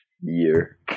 year